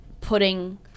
putting